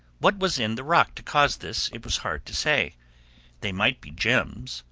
what was in the rock to cause this it was hard to say they might be gems,